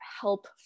help